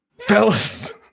Fellas